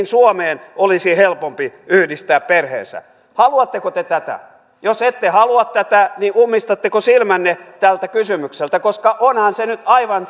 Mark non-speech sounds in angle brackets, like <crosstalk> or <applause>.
<unintelligible> suomeen olisi helpompi yhdistää perheensä haluatteko te tätä jos ette halua tätä niin ummistatteko silmänne tältä kysymykseltä onhan se nyt aivan <unintelligible>